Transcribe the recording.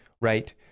right